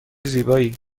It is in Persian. زیبایی